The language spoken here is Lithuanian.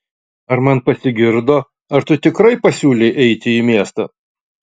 ar man pasigirdo ar tu tikrai pasiūlei eiti į miestą